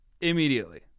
immediately